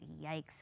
yikes